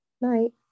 night